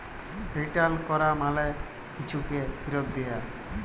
return ক্যরা মালে কিছুকে ফিরত দিয়া